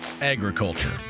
agriculture